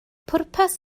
pwrpas